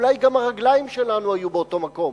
אולי גם הרגליים שלנו היו באותו מקום.